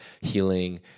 healing